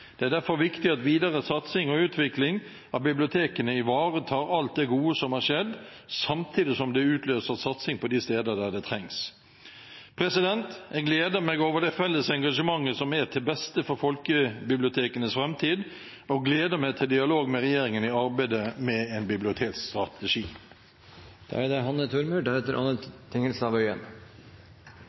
Det er derfor viktig at videre satsing på og utvikling av bibliotekene ivaretar alt det gode som har skjedd, samtidig som det utløser satsing på de steder der det trengs. Jeg gleder meg over det felles engasjementet, som er til beste for folkebibliotekenes framtid, og gleder meg til dialog med regjeringen i arbeidet med en bibliotekstrategi.